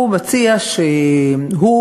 הוא מציע שהוא,